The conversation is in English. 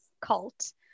cult